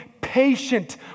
patient